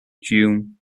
june